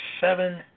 seven